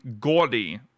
gaudy